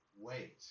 wait